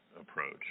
approach